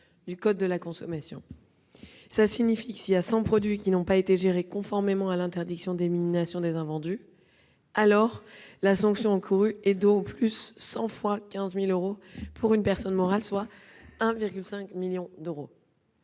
du code de la consommation. Ainsi, si 100 produits n'ont pas été gérés conformément à l'interdiction d'élimination des invendus, la sanction encourue est de 100 fois 15 000 euros pour une personne morale, soit 1,5 million d'euros.